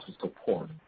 support